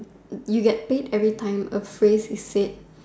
you get paid every time a phrase is said